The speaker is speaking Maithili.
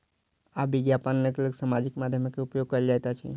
आब विज्ञापनक लेल सामाजिक माध्यमक उपयोग कयल जाइत अछि